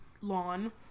lawn